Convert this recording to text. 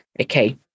Okay